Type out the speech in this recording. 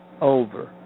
over